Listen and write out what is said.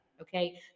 Okay